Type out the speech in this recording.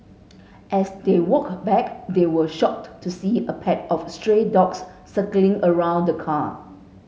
as they walk back they were shocked to see a pack of stray dogs circling around car